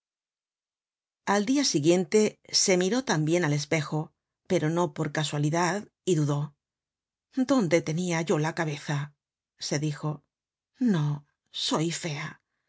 al dia siguiente se miró tambien al espejo pero no por casualidad y dudó dónde tenia yo la cabeza se dijo no soy fea